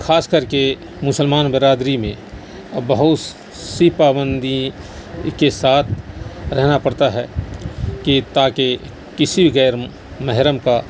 خاص کر کے مسلمان برادری میں او بہت سی پابندی کے ساتھ رہنا پڑتا ہے کہ تاکہ کسی غیر محرم کا